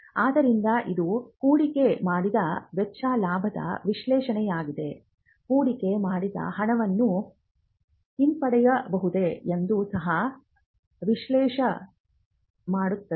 ಆದ್ದರಿಂದ ಇದು ಹೂಡಿಕೆ ಮಾಡಿದ ವೆಚ್ಚ ಲಾಭದ ವಿಶ್ಲೇಷಣೆಯಾಗಿದೆ ಹೂಡಿಕೆ ಮಾಡಿದ ಹಣವನ್ನು ಹಿಂಪಡೆಯಬಹುದೇ ಎಂದೂ ಸಹ ವಿಶ್ಲೇಷಿಸಲಾಗುತ್ತದೆ